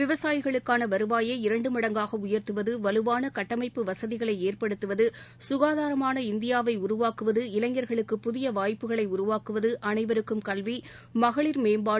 விவசாயிகளுக்கான வருவாயை இரண்டு மடங்காக உயர்த்துவது வலுவாள கட்டமைப்பு வசதிகளை ஏற்படுத்துவது சுகாதாரமான இந்தியாவை உருவாக்குவது இளைஞர்களுக்கு புதிய வாய்ப்புகளை உருவாக்குவது அளைவருக்கும் கல்வி மகளிர் மேம்பாடு